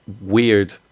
weird